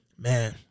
Man